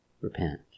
Repent